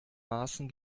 maßen